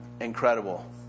Incredible